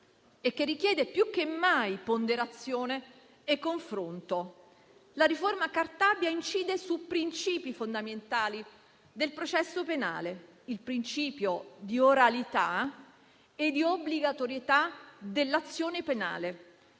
e che richiede più che mai ponderazione e confronto. La riforma Cartabia incide su principi fondamentali del processo penale: il principio di oralità e di obbligatorietà dell'azione penale.